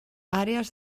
àrees